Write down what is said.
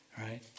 right